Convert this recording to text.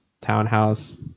townhouse